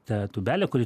ta tūbelė kuri